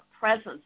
presence